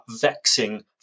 vexing